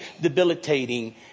debilitating